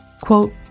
Quote